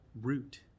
root